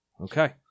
Okay